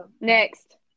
next